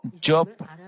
Job